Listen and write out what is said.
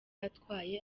atwaye